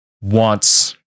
wants